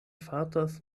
fartas